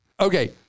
Okay